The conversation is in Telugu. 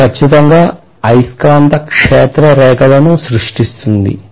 ఇది ఖచ్చితంగా అయస్కాంత క్షేత్ర రేఖలను సృష్టిస్తుంది